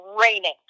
raining